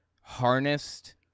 harnessed